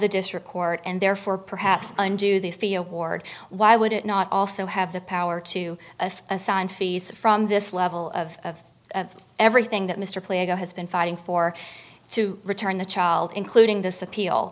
the district court and therefore perhaps undue the fia ward why would it not also have the power to assign fees from this level of everything that mr play a has been fighting for to return the child including this appeal